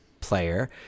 player